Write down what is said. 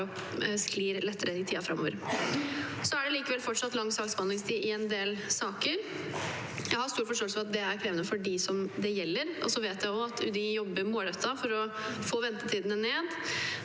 sklir lettere i tiden framover. Det er likevel fortsatt lang saksbehandlingstid i en del saker. Jeg har stor forståelse for at det er krevende for dem det gjelder, og jeg vet at UDI jobber målrettet for å få ventetidene ned